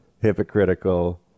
hypocritical